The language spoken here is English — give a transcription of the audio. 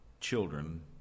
children